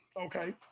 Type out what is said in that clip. Okay